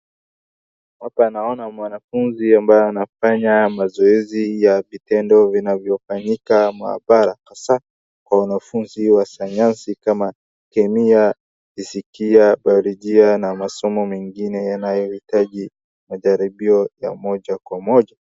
Hapa naona wanafunzi ambao wanafanya mazoezi ya vitendo vinavyofanyika maabara, hasa kwa wanafunzi wa sayansi kama kemia, fizikia, biolojia na masomo mengine yanayohitaji majaribio ya moja kwa moja.